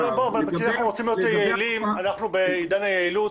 אנחנו בעידן היעילות,